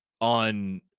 on